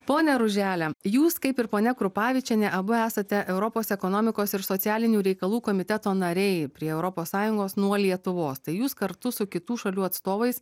pone ružele jūs kaip ir ponia krupavičienė abu esate europos ekonomikos ir socialinių reikalų komiteto nariai prie europos sąjungos nuo lietuvos tai jūs kartu su kitų šalių atstovais